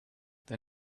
they